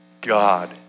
God